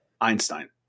Einstein